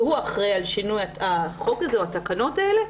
שאחראי על שינוי החוק הזה או התקנות האלה.